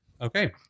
Okay